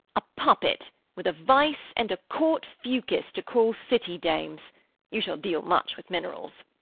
a puppet, with a vice and a court-fucus to call city-dames you shall deal much with minerals.